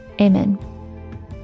Amen